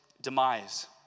demise